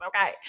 Okay